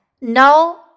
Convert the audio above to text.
no